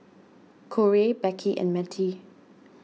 Korey Becky and Mettie